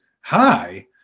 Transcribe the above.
hi